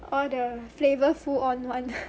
all the flavourful on [one]